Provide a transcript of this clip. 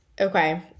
Okay